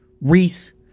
Reese